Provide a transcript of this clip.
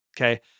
okay